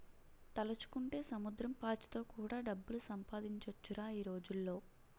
తలుచుకుంటే సముద్రం పాచితో కూడా డబ్బులు సంపాదించొచ్చురా ఈ రోజుల్లో